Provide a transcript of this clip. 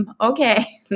okay